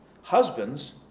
Husbands